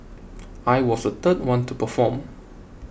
I was the third one to perform